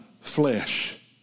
flesh